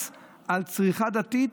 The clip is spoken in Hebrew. מס על צריכה דתית,